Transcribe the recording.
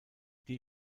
die